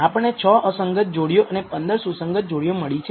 આપણને 6 અસંગત જોડીઓ અને 15 સુસંગત જોડીઓ મળી છે